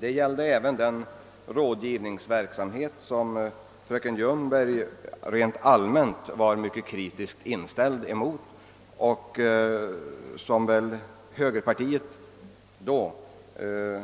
Detta gällde även den rådgivningsverksamhet som fröken Ljungberg helt allmänt var så kritisk mot och som dåvarande högerpartiet såvitt